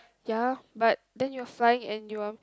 ya but then you're flying and you're